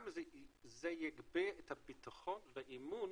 זה גם יגביר את הביטחון והאמון